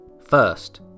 First